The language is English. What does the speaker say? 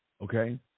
Okay